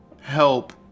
help